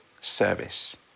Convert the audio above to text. service